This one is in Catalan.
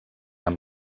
amb